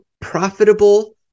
profitable